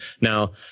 Now